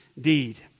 deed